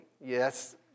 Yes